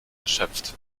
erschöpft